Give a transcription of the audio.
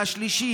והשלישי,